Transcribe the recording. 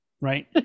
Right